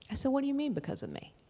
i said, what do you mean because of me?